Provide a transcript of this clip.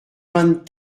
vingt